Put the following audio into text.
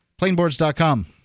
Plainboards.com